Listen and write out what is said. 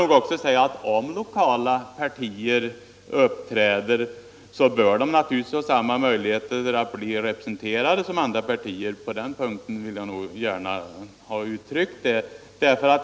Om lokala partier uppträder så bör de naturligtvis ha samma möjligheter att bli representerade som andra partier. Det vill jag nog betona.